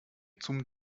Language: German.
zum